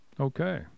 Okay